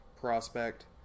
prospect